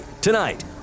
tonight